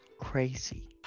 crazy